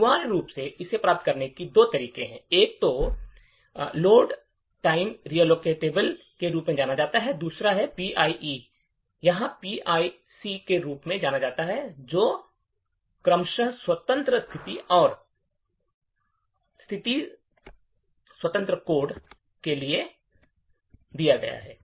अनिवार्य रूप से इसे प्राप्त करने के दो तरीके हैं एक को लोड टाइम रीकॉचेबल के रूप में जाना जाता है और दूसरे को पीआईई या पीआईसी के रूप में जाना जाता है जो क्रमशः स्वतंत्र स्थिति और स्थिति स्वतंत्र कोड के लिए खड़ा है